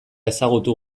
ezagutu